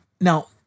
Now